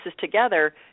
together